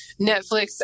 Netflix